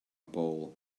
bowl